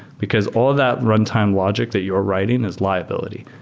because all that runtime logic that you're writing is liability.